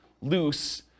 loose